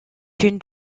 une